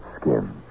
skin